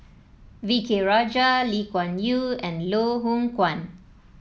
V K Rajah Lee Kuan Yew and Loh Hoong Kwan